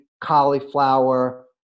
cauliflower